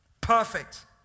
Perfect